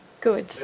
Good